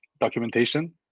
documentation